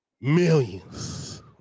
millions